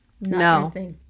No